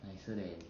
nicer than